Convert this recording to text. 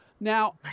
Now